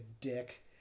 dick